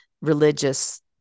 religious